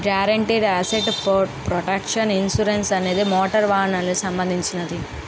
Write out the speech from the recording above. guaranteed asset protection insurance అనేది motor వాహనాలకు సంబంధించినది